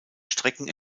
strecken